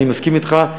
אני מסכים אתך,